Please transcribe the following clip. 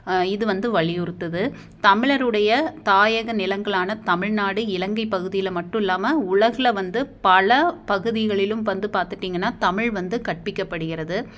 இது வந்து வலியுறுத்துது தமிழருடைய தாயக நிலங்களான தமிழ்நாடு இலங்கை பகுதியில் மட்டும் இல்லாமல் உலகில் வந்து பல பகுதிகளிலும் வந்து பார்த்துட்டிங்கன்னா தமிழ் வந்து கற்பிக்கப்படுகிறது